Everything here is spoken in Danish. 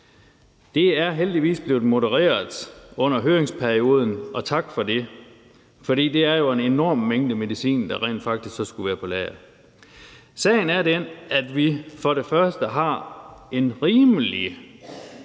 Det er heldigvis blevet modereret under høringsperioden, og tak for det, for det er jo en enorm mængde medicin, der rent faktisk så skulle være på lager. Sagen er den, at vi for det første har en fornuftig